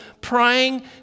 praying